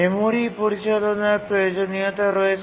memory পরিচালনার প্রয়োজনীয়তা রয়েছে